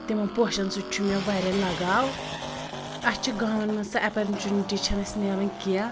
تِمَن پوشَن سۭتۍ چھُ مےٚ واریاہ لَگاو اَسہِ چھِ گامَن منٛز سۄ ایٚپرچُنِٹی چھَنہٕ اَسہِ مِلان کینٛہہ